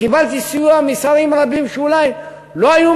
וקיבלתי סיוע משרים רבים שאולי לא היו